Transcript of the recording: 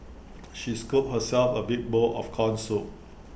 she scooped herself A big bowl of Corn Soup